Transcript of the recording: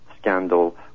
scandal